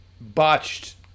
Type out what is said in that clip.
botched